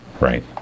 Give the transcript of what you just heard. Right